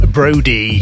Brody